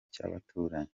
cyabaturanyi